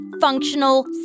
functional